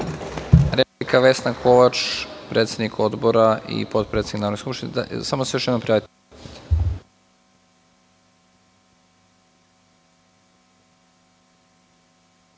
Replika, Vesna Kovač, predsednik Odbora i potpredsednik Narodne skupštine.